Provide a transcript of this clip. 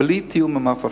בלי תיאום עם אף אחד.